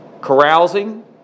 carousing